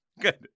Good